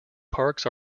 parks